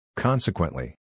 Consequently